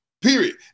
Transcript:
Period